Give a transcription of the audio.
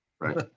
Right